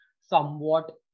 somewhat